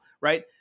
right